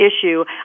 issue